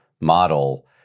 model